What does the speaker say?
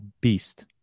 beast